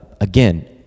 Again